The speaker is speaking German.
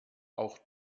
auch